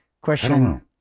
Question